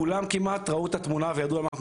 כולם כמעט ראו את התמונה וידעו על מה אנחנו